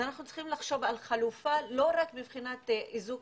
אנחנו צריכים לחשוב על חלופה לא רק בבחינת איזוק